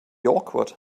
awkward